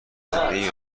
زندگی